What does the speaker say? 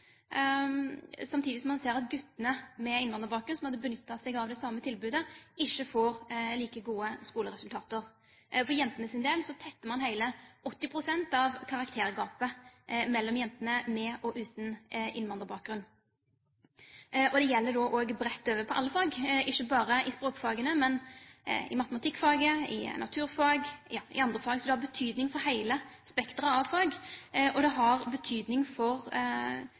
Samtidig ser man at de guttene med innvandrerbakgrunn som hadde benyttet seg av det samme tilbudet, ikke får like gode skoleresultater. For jentenes del tetter man hele 80 pst. av karaktergapet mellom jentene med og uten innvandrerbakgrunn. Det gjelder bredt, for alle fag, ikke bare for språkfagene, men for matematikk, for naturfag og for andre fag. Det har altså betydning for hele spekteret av fag, og det har betydning for